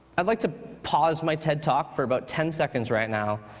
i'd like to pause my tedtalk for about ten seconds right now,